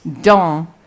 Dans